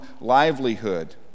livelihood